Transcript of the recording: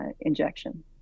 injection